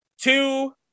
two